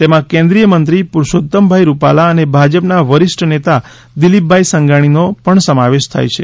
તેમાં કેન્દ્રીય મંત્રી પુરષોતમભાઈ રૂપાલા અને ભાજપના વરિષ્ઠ નેતા દિલીપભાઈ સંઘાણીનો પણ સમાવેશ થાય છે